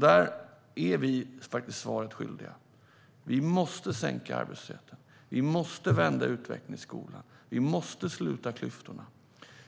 Där är vi faktiskt svaret skyldiga. Vi måste sänka arbetslösheten. Vi måste vända utvecklingen i skolan. Vi måste sluta klyftorna.